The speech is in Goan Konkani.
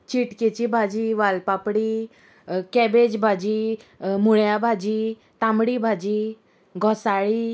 चिटकेची भाजी वालपापडी कॅबेज भाजी मुळ्या भाजी तांबडी भाजी घोसाळी